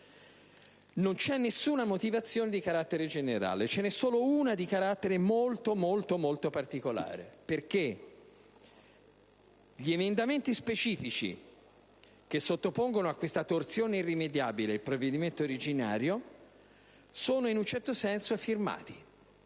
Non c'è nessuna motivazione di carattere generale; ce n'é solo una di carattere molto particolare. Gli emendamenti specifici che sottopongono a questa torsione irrimediabile il provvedimento originario sono in un certo senso firmati,